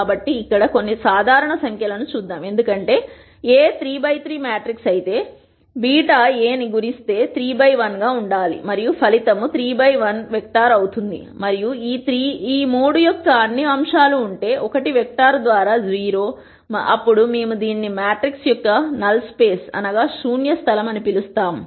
కాబట్టి ఇక్కడ కొన్ని సాధారణ సంఖ్య లను చూద్దాం ఎందుకంటే A 3 బై 3 మ్యాట్రిక్స్ అయితే β A ను గుణి స్తే 3 by 1 గా ఉండాలి మరియు ఫలితం 3 బై 1 వెక్టర్ అవుతుంది మరియు ఈ 3 యొక్క అన్ని అంశాలు ఉంటే 1 వెక్టర్ ద్వారా 0 అప్పుడు మేము దీనిని మ్యాట్రిక్స్ యొక్క శూన్య స్థలం అని పిలుస్తాము